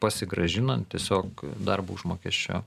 pasigrąžinant tiesiog darbo užmokesčio